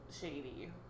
shady